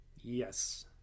Yes